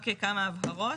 רק כמה הבהרות: